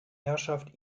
herrschaft